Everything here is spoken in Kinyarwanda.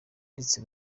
ndetse